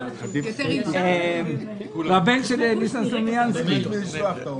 עברה אלינו שאלה פרשנית מן הייעוץ המשפטי של רשות המסים ושל משרד האוצר.